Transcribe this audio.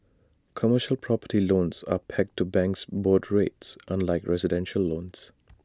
commercial property loans are pegged to banks' board rates unlike residential loans